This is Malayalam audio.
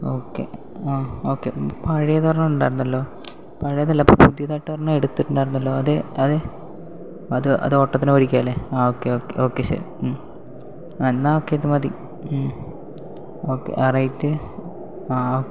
ഓക്കെ ആ ഓക്കെ പഴയതൊരണ്ണം ഉണ്ടാരുന്നല്ലോ പഴയതല്ല ഇപ്പോൾ പുതിയതായിട്ട് ഒരെണ്ണം എടുത്തിട്ടുണ്ടായിരുന്നല്ലോ അതെ അത് അത് അത് ഓട്ടത്തിന് പോയിരിക്കുകയാണ് അല്ലെ ആ ഓക്കെ ഓക്കെ ഓക്കെ ശരി ആ എന്നാൽ ഓക്കെ ഇത് മതി ഓക്കെ ആ റേറ്റ് ആ